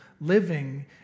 living